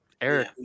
Eric